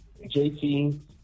JT